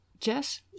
Jess